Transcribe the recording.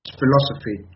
philosophy